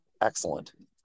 excellent